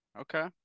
Okay